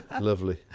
lovely